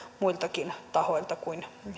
muiltakin tahoilta kuin